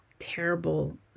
terrible